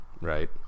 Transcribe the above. right